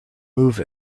move